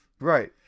Right